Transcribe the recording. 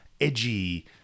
edgy